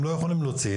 הם לא יכולים להוציא,